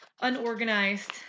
unorganized